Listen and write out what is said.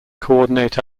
coordinate